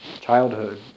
childhood